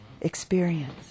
experience